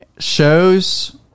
shows